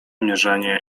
mierzenie